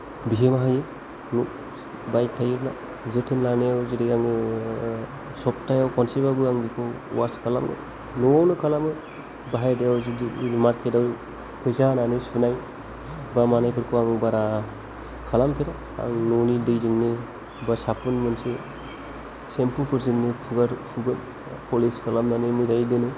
बेजोंहाय बाइक थायोब्ला जोथोन लानायाव जेरै आङो सप्ताहयाव खनसेबाबो आं बेखौ वास खालामो न'आवनो खालामो बाहेरायाव जुदि मार्केटाव फैसा होनानै सुनाय बा माबानायफोरखौ आं बारा खालामफेरा आं न'नि दैजोंनो बा साबोन मोनसे सेम्फुफोरजोंनो फुगारो पलिश खालामनानै मोजाङै दोनो